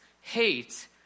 hate